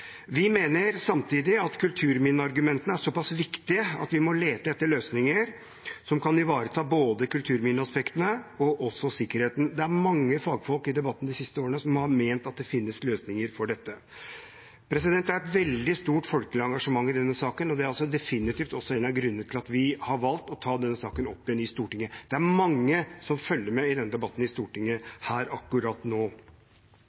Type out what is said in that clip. Vi mener samtidig at kulturminneargumentene er så pass viktige at vi må lete etter løsninger som kan ivareta både kulturminneaspektene og sikkerheten. Det er mange fagfolk i debatten de siste årene som har ment at det finnes løsninger for dette. Det er et veldig stort folkelig engasjement i denne saken, og det er definitivt også en av grunnene til at vi har valgt å ta den opp igjen i Stortinget. Det er mange som følger med på denne debatten i Stortinget akkurat nå.